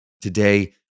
Today